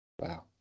Wow